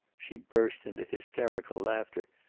she burst into hysterical laughter.